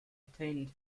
obtained